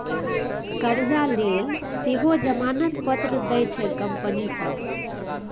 करजा लेल सेहो जमानत पत्र दैत छै कंपनी सभ